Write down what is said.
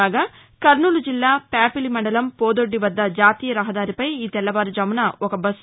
కాగా కర్నూలు జిల్లా ప్యాపిలి మండలం పోదొడ్డి వద్ద జాతీయ రహదారిపై ఈ తెల్లవారుజామున ఒక బస్సు